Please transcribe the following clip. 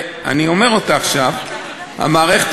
מה המערכת